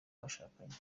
bashakanye